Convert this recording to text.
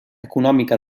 econòmica